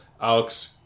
Alex